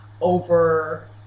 over